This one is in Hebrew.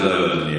תודה רבה.